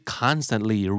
constantly